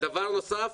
דבר נוסף,